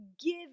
give